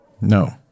No